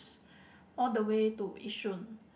s~ all the way to Yishun